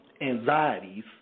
anxieties